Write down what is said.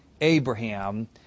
Abraham